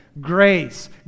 Grace